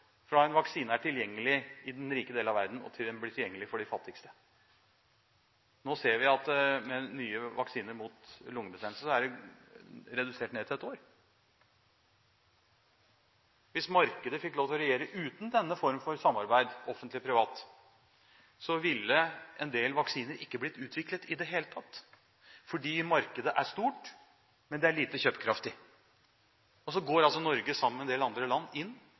fra en vaksine er tilgjengelig i den rike del av verden til den blir tilgjengelig for de fattigste. Nå ser vi, med nye vaksiner mot lungebetennelse, at tiden er redusert til ett år. Hvis markedet fikk lov til å regjere uten denne form for samarbeid, offentlig–privat, ville en del vaksiner ikke blitt utviklet i det hele tatt, for markedet er stort, men det er lite kjøpekraftig. Så går altså Norge, sammen med en del andre land, inn